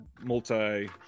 multi